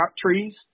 trees